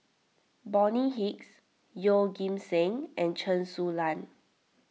Bonny Hicks Yeoh Ghim Seng and Chen Su Lan